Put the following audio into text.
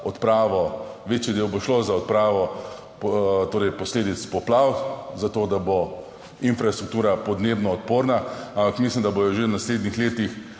odpravo, večji del bo šlo za odpravo torej, posledic poplav za to, da bo infrastruktura podnebno odporna, ampak mislim, da bojo že v naslednjih letih